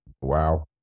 Wow